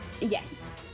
Yes